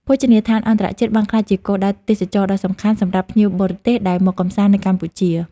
ភោជនីយដ្ឋានអន្តរជាតិបានក្លាយជាគោលដៅទេសចរណ៍ដ៏សំខាន់សម្រាប់ភ្ញៀវបរទេសដែលមកកម្សាន្តនៅកម្ពុជា។